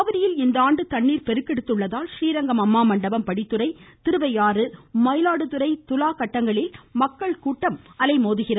காவிரியில் இந்தாண்டு தண்ணீர் பெருக்கெடுத்துள்ளதால் றீர் ங்கம் அம்மாமண்டபம் படித்துறை திருவையாறு மயிலாடுதுறை துலா கட்டங்களில் பக்தர்கள் கூட்டம் அலைமோதுகிறது